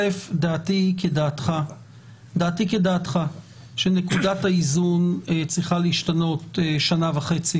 דעתי כדעתך שנקודת האיזון צריכה להשתנות שנה וחצי